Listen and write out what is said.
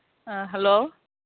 ꯑꯥ hello